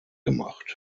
gemacht